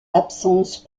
absence